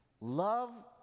love